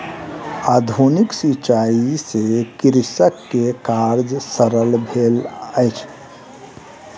आधुनिक सिचाई से कृषक के कार्य सरल भेल अछि